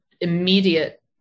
immediate